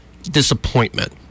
disappointment